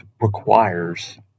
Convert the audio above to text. requires